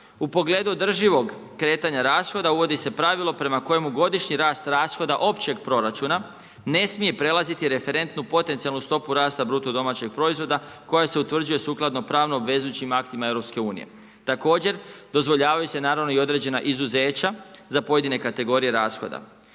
u pogledu održivog kretanja rashoda uvodi se pravilo prema kojemu godišnji rast rashoda općeg proračuna ne smije prelaziti referentnu potencijalnu stopu rasta BDP-a koja se utvrđuje sukladno pravno obvezujućim aktima EU. Također dozvoljavaju se naravno i određena izuzeća za pojedine kategorije rashoda.